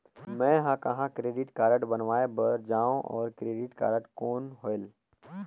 मैं ह कहाँ क्रेडिट कारड बनवाय बार जाओ? और क्रेडिट कौन होएल??